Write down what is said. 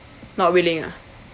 not willing ah